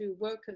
workers